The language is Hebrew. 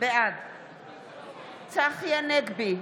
בעד צחי הנגבי,